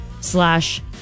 slash